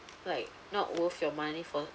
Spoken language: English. like not worth your money for